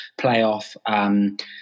playoff